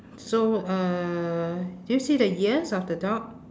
so uh do you see the ears of the dog